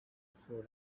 sudan